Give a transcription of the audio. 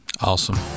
Awesome